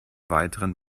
weiteren